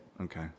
Okay